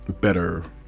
better